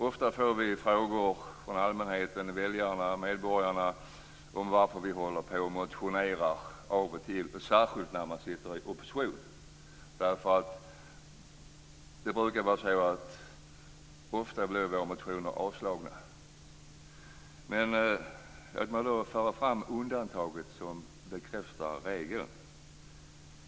Ofta får vi från allmänheten, väljarna och medborgarna frågor om varför vi motionerar av och till - särskilt när man sitter i opposition. Ofta blir våra motioner avslagna. Låt mig då föra fram undantaget som bekräftar regeln.